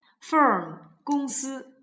Firm,公司